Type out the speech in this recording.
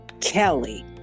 Kelly